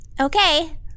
Okay